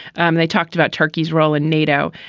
and they talked about turkey's role in nato.